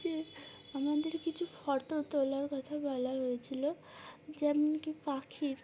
যে আমাদের কিছু ফটো তোলার কথা বলা হয়েছিলো যেমন কি পাখির